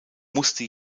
musste